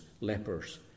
lepers